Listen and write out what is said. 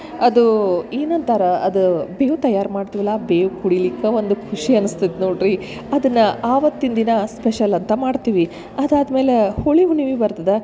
ಅದು ಏನು ಅಂತರ ಅದು ಬೇವು ತಯಾರು ಮಾಡ್ತಿವ್ಲ ಬೇವು ಕುಡಿಲಿಕ್ಕೆ ಒಂದು ಖುಷಿ ಅನ್ಸ್ತತ್ತ ನೋಡ್ರಿ ಅದನ್ನ ಆವತ್ತಿನ ದಿನ ಸ್ಪೆಷಲ್ ಅಂತ ಮಾಡ್ತೀವಿ ಅದಾದ್ಮೇಲೆ ಹೋಳಿ ಹುಣ್ಮಿ ಬರ್ತದ